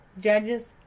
judges